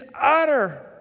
utter